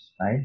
right